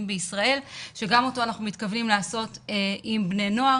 בישראל שגם אותו אנחנו מתכוונים לעשות עם בני נוער.